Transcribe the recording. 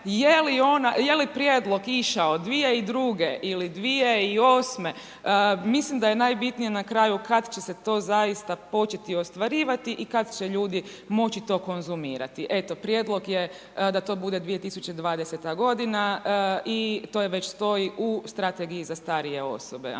je li prijedlog išao 2002. ili 2008. mislim da je najbitnije na kraju kad će se to zaista početi ostvarivati i kad će ljudi moći to konzumirati. Eto prijedlog je da to bude 2020. godina i to već stoji u strategiji za starije osobe,